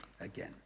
again